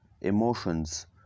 emotions